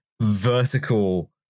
vertical